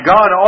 God